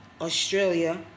Australia